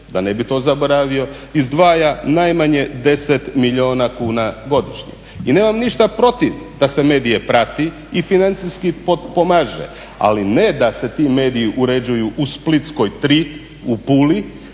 da ne bih to zaboravio izdvaja najmanje 10 milijuna kuna godišnje. I nemam ništa protiv da se medije prati i financijski potpomaže, ali ne da se ti mediji uređuju u Splitskoj 3 u Puli